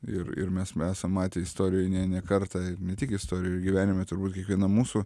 ir ir mes esam matę istorijų ne ne kartą ne tik istorijų gyvenime turbūt kiekvienam mūsų